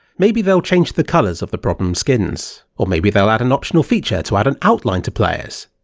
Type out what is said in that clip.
maybe they'll change the colours of the problem skins. or maybe they'll add an optional feature to add an outline to players,